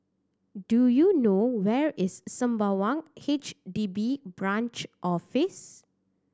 do you know where is Sembawang H D B Branch Office